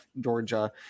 Georgia